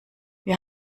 wir